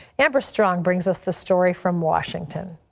amber strong brings us the story from washington.